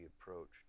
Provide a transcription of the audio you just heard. approached